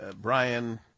Brian